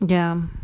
ya